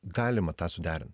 galima tą suderint